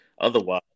otherwise